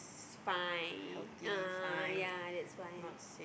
it's fine a'ah a'ah ya that's why